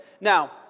Now